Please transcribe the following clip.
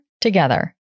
together